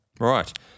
Right